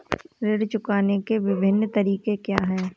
ऋण चुकाने के विभिन्न तरीके क्या हैं?